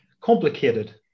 complicated